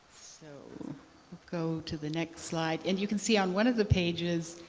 so let's go to the next slide. and you can see on one of the pages